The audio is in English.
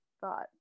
thought